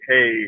Hey